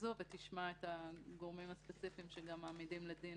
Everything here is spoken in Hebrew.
הזאת ותשמע את הגורמים הספציפיים שגם מעמידים לדין